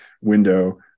window